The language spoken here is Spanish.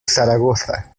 zaragoza